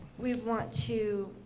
we want to